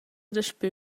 daspö